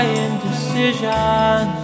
indecision